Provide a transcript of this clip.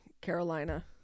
Carolina